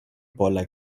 polaj